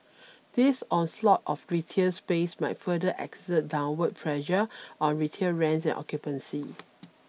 this onslaught of retail space might further exert downward pressure on retail rents and occupancy